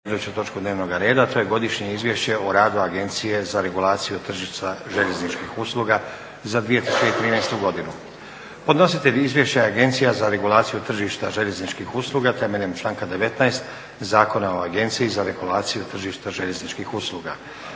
točku dnevnog reda. To je - Godišnje izvješće o radu Agencije za regulaciju tržišta željezničkih usluga za 2013. godinu Podnositelj izvješća je Agencija za regulaciju tržišta željezničkih usluga temeljem članka 19. Zakona o Agenciji za regulaciju tržišta željezničkih usluga.